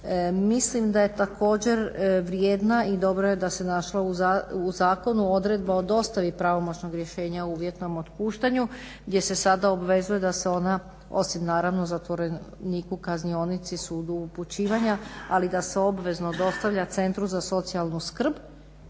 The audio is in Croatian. Mislim da je također vrijedna i dobro je da se našla u zakonu odredba o dostavi pravomoćnog rješenja o uvjetnom puštanju gdje se sad obvezuje da se ona osim naravno zatvoreniku, kaznionici, sudu upućivanja ali da se obvezno dostavlja Centru za socijalnu skrb